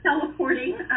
teleporting